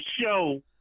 show